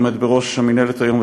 העומד בראש המינהלת היום,